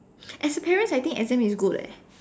as a parent I think exam is good leh